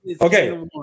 Okay